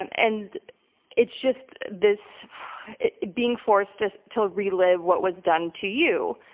and and it's just this being forced just to relive what was done to you.